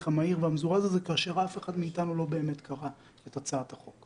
המהיר והמזורז הזה כאשר אף אחד מאיתנו לא באמת קרא את הצעת החוק.